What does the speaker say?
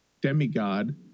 demigod